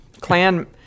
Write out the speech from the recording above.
clan